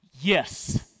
Yes